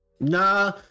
Nah